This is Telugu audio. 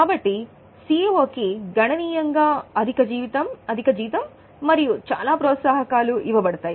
కాబట్టి CEO కి గణనీయంగా అధిక జీతం మరియు చాలా ప్రోత్సాహకాలు ఇవ్వబడతాయి